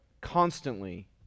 constantly